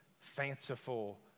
fanciful